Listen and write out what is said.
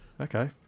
Okay